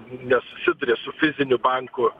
nesusiduria su fiziniu banku